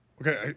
Okay